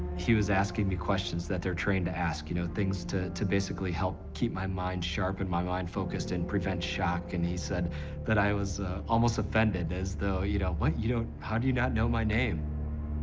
he was asking me questions that they're trained to ask, you know, things to to basically help keep my mind sharp and my mind focused and prevent shock. and he said that i was almost offended as though, you know, what, you don't, how do you not know my name?